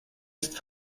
ist